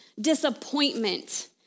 disappointment